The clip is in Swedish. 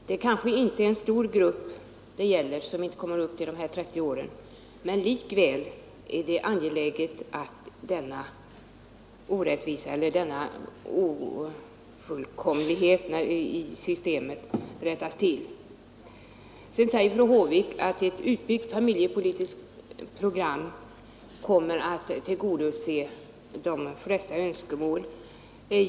Det kanske inte är någon stor grupp som inte kommer upp till de här 30 åren, men likväl är det angeläget att denna ofullkomlighet i systemet rättas till. Fru Håvik säger att ett utbyggt familjepolitiskt program kommer att tillgodose de flesta önskemål.